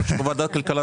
למוסדיים.